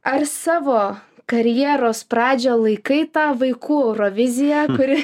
ar savo karjeros pradžią laikai tą vaikų euroviziją kuri